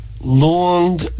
long